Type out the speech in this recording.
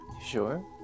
Sure